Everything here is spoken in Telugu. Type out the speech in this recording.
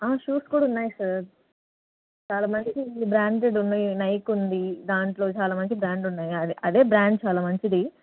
షూస్ కూడున్నాయి సార్ చాలా మందికి ఈ బ్రాండెడ్ ఉన్నాయి నైకి ఉంది దాంట్లో చాలా మంచి బ్రాండ్స్ ఉన్నాయి అ అదే బ్రాండ్ చాలా మంచిది